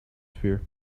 fear